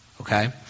Okay